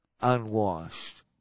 unwashed